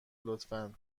لطفا